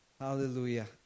Hallelujah